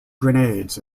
grenades